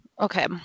Okay